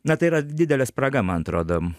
na tai yra didelė spraga man atrodo